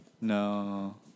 No